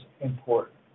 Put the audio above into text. important